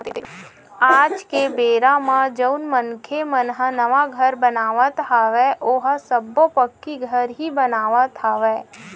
आज के बेरा म जउन मनखे मन ह नवा घर बनावत हवय ओहा सब्बो पक्की घर ही बनावत हवय